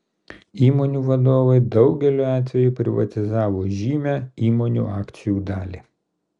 įmonių vadovai daugeliu atveju privatizavo žymią įmonių akcijų dalį